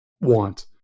want